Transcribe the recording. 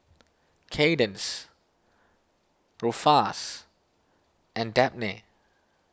Kadence Ruffus and Dabney